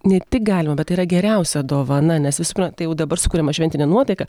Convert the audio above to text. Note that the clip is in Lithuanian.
ne tik galima bet tai yra geriausia dovana nes visų pirma tai jau dabar sukuriama šventinė nuotaika